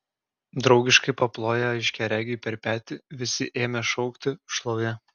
draugiškai paploję aiškiaregiui per petį visi ėmė šaukti šlovė